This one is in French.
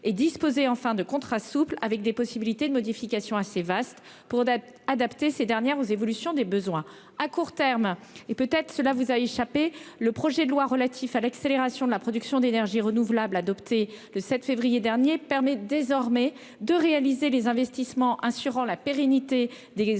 et. En fin de contrat souple avec des possibilités de modification assez vaste pour adapter ces dernières aux évolutions des besoins à court terme et peut-être cela vous a échappé. Le projet de loi relatif à l'accélération de la production d'énergies renouvelables. Adopté le 7 février dernier permet désormais de réaliser les investissements assurant la pérennité des ouvrages